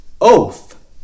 oath